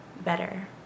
better